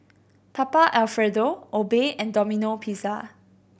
Papa Alfredo Obey and Domino Pizza